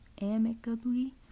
amicably